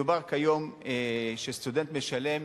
מדובר כיום שסטודנט משלם